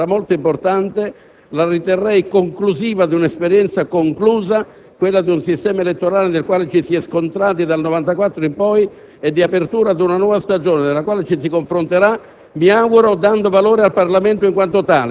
Da questo punto di vista, la vostra esperienza sarà molto importante, la riterrei conclusiva di un'esperienza terminata, quella di un sistema elettorale nel quale ci si è scontrati dal 1994 in poi, e di apertura di una nuova stagione nella quale ci si confronterà